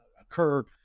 occur